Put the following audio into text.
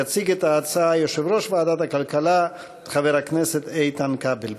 יציג את ההצעה יושב-ראש ועדת הכלכלה חבר הכנסת איתן כבל.